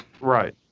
Right